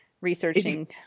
researching –